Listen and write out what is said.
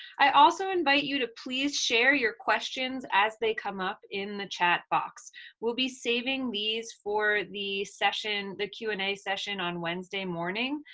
i also invite you to please share your questions as they come up in the chat box we'll be saving these for the session, the q and a session, on wednesday morning.